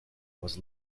was